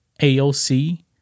AOC